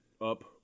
up